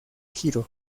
giro